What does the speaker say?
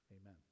Amen